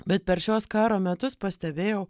bet per šiuos karo metus pastebėjau